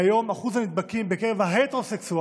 והיום אחוז הנדבקים בקרב ההטרוסקסואלים